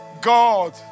God